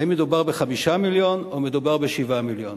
האם מדובר ב-5 מיליון או מדובר ב-7 מיליון.